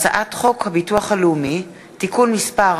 הצעת חברת הכנסת